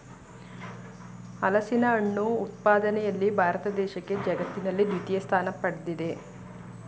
ಹಲಸಿನಹಣ್ಣು ಉತ್ಪಾದನೆಯಲ್ಲಿ ಭಾರತ ದೇಶಕ್ಕೆ ಜಗತ್ತಿನಲ್ಲಿ ದ್ವಿತೀಯ ಸ್ಥಾನ ಪಡ್ದಿದೆ